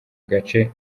gace